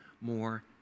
more